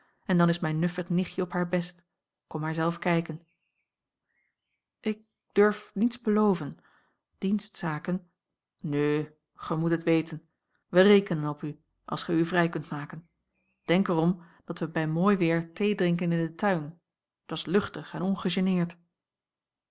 en dan is mijn nuffig nichtje op haar best kom maar zelf kijken ik durf niets beloven dienstzaken nu gij moet het weten wij rekenen op u als gij u vrij kunt maken denk er om dat wij bij mooi weer theedrinken in den tuin dat's luchtig en ongegeneerd